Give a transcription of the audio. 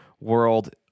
world